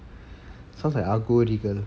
sounds like அகோரிகள்:akorikal